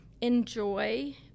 enjoy